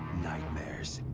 nightmares.